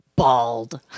Bald